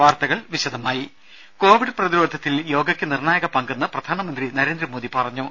വാർത്തകൾ വിശദമായി കോവിഡ് പ്രതിരോധത്തിൽ യോഗയ്ക്ക് നിർണായക പങ്കെന്ന് പ്രധാനമന്ത്രി ആഗോളതലത്തിൽ നരേന്ദ്രമോദി പറഞ്ഞു